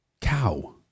cow